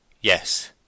yes